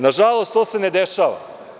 Nažalost, to se ne dešava.